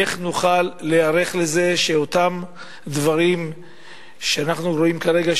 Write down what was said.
איך נוכל להיערך לזה שאותם דברים שאנחנו רואים כרגע,